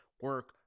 Work